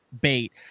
bait